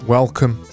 Welcome